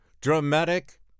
dramatic